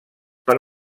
per